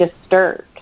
disturbed